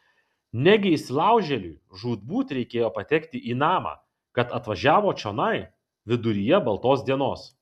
negi įsilaužėliui žūtbūt reikėjo patekti į namą kad atvažiavo čionai viduryje baltos dienos